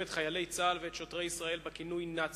את חיילי צה"ל ואת שוטרי ישראל בכינוי "נאצים".